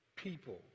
people